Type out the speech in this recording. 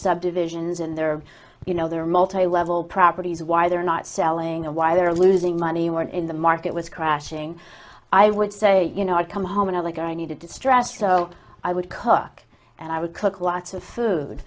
subdivisions and their you know their multilevel properties why they're not selling and why they're losing money we're in the market was crashing i would say you know i come home and i like i needed to stretch so i would cook and i would cook lots of food